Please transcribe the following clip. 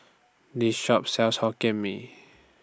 This Shop sells Hokkien Mee